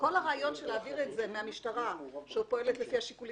כל הרעיון להעביר את זה מהמשטרה שפועלת לפי השיקולים